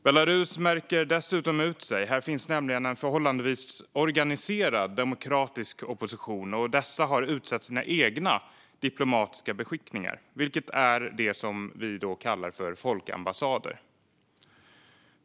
Belarus märker dessutom ut sig genom att där finns en förhållandevis organiserad demokratisk opposition som har utsett sina egna diplomatiska beskickningar, vilket är det som kallas för folkambassader.